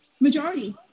Majority